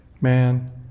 man